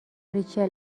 ریچل